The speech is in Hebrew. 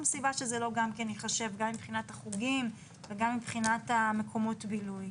סיבה שזה לא ייחשב גם מבחינת החוגים וגם מבחינת מקומות הבילוי.